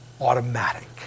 automatic